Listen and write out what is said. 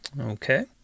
Okay